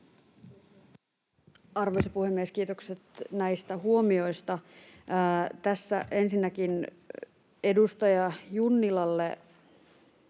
Arvoisa puhemies! Kiitokset näistä huomioista. — Ensinnäkin edustaja Junnilalle: